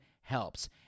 helps